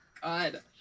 God